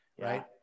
Right